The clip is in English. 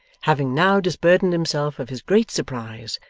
having now disburdened himself of his great surprise,